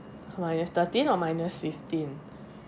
minus thirteen or minus fifteen